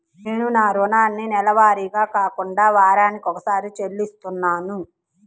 నేను నా రుణాన్ని నెలవారీగా కాకుండా వారానికోసారి చెల్లిస్తున్నాను